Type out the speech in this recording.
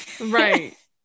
right